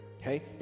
okay